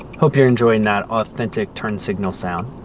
hope you're enjoying that authentic turn signal sound.